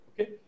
Okay